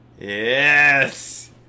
yes